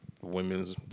women's